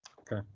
Okay